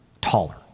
taller